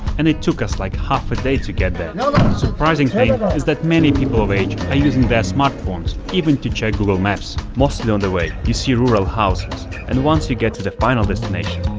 and it took us like half a day to get there surprising thing is that many people of age are using touchscreen smartphones even to check google maps mostly on the way you see rural houses and once you get to the final destination